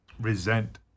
resent